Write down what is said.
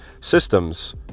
systems